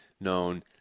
known